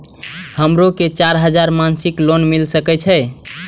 हमरो के चार हजार मासिक लोन मिल सके छे?